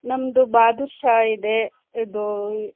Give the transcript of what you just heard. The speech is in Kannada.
ನಮ್ಮದು ಬಾದೂಷ ಇದೆ ಇದೂ